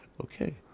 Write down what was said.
Okay